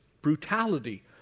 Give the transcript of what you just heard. brutality